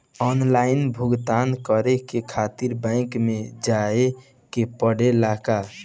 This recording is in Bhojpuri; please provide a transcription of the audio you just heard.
आनलाइन भुगतान करे के खातिर बैंक मे जवे के पड़ेला का?